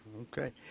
Okay